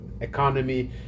economy